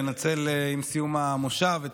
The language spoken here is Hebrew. לנצל עם סיום המושב את